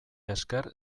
esker